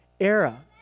era